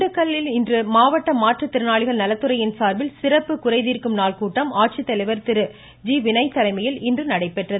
திண்டுக்கல்லில் மாவட்ட மாற்றுத் திறனாளிகள் நலத்துறையின் சார்பில் சிறப்பு குறை தீர்க்கும்நாள் கூட்டம் ஆட்சித்தலைவர் திரு டி ஜி வினய் தலைமையில் இன்று நடைபெற்றது